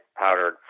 powdered